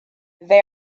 they